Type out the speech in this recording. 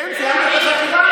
כן, סיימת את החקירה?